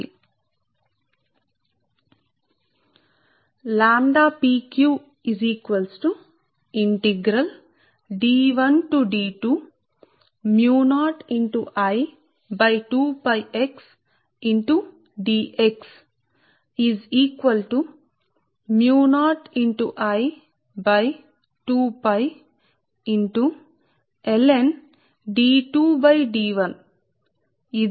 అంటే pq సరే ఈ రెండు పాయింట్ల మధ్య లాంబ్డా pq సమాకలనం యొక్క పరిధులు D 1 నుండి D వరకు𝞵0 I 2 𝛑 x d x 0 లోకి mu 0 I2 𝛑 కి సమానం గా ఉంటుంది మరియు మీరు దానిని సమాకలనం చేస్తే ఇది సహజ లాగ్ LnD2 D1 అవుతుంది సరే